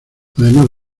además